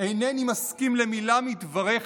"אינני מסכים למילה מדבריך,